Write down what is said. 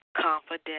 confident